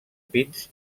pins